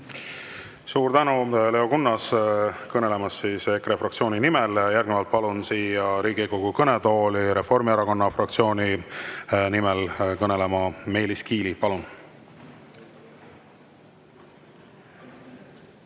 Suur tänu, Leo Kunnas, kõnelemast EKRE fraktsiooni nimel! Järgnevalt palun siia Riigikogu kõnetooli Reformierakonna fraktsiooni nimel kõnelema Meelis Kiili. Palun!